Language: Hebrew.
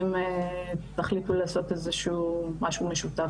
אם תחליטו לעשות איזשהו משהו משותף,